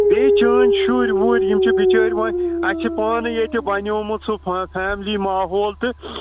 بیٚیہِ چٲنۍ شُرۍ وُرۍ یِم چھِ بِچٲرۍ وۄنۍ اَسہِ چھِ پانہٕ ییٚتہِ بنیٛومُت سُہ فیملی ماحول تہٕ